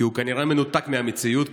כי הוא כנראה מנותק מהמציאות,